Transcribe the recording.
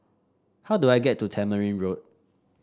how do I get to Tamarind Road